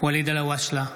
ואליד אלהואשלה,